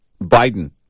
Biden